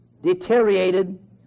deteriorated